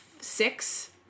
six